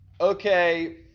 okay